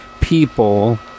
people